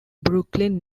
brooklyn